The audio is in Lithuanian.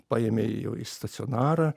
paėmė jau į stacionarą